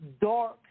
dark